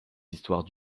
histoires